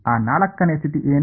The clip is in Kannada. ಆ 4 ನೇ ಸ್ಥಿತಿ ಏನು